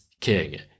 king